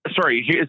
sorry